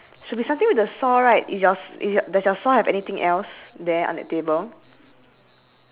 covered is the girl is covered or the boy is cov~ I mean the one in red pants covered or the one in blue pants is covered